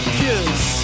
kiss